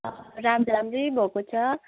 राम् राम्रै भएको छ